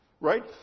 right